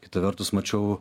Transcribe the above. kita vertus mačiau